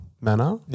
manner